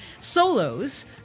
solos